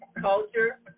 culture